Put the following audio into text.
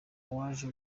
waje